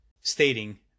stating